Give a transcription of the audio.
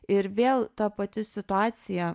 ir vėl ta pati situacija